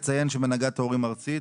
מהנהגת הורים ארצית.